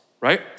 right